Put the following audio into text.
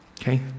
Okay